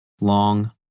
long